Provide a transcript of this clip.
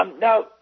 Now